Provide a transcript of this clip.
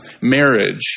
Marriage